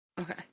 Okay